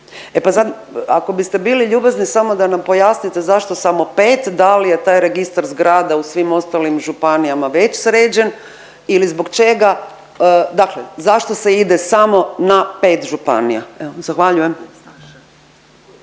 E pa sad ako biste bili ljubazni da nam pojasnite zašto samo 5, da li je taj registar zgrada u svim ostalim županijama već sređen ili zbog čega, dakle zašto se ide samo na 5 županija. Evo, zahvaljujem.